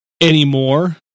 anymore